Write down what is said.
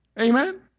Amen